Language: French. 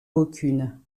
aucune